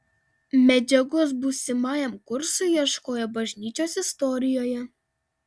medžiagos būsimajam kursui ieškojo bažnyčios istorijoje